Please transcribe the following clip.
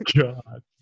god